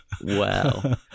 Wow